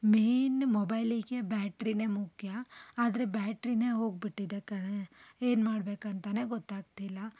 main ಮೊಬೈಲಿಗೆ ಬ್ಯಾಟ್ರಿನೇ ಮುಖ್ಯ ಆದರೆ ಬ್ಯಾಟ್ರಿನೇ ಹೋಗ್ಬಿಟ್ಟಿದೆ ಕಣೆ ಏನು ಮಾಡ್ಬೇಕಂತನೇ ಗೊತ್ತಾಗ್ತಿಲ್ಲ